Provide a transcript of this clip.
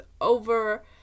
over